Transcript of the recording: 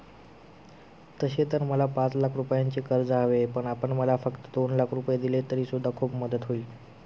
तसे तर मला पाच लाख रुपयांचे कर्ज हवे आहे, पण आपण मला फक्त दोन लाख रुपये दिलेत तरी सुद्धा खूप मदत होईल